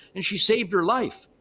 and she saved her life.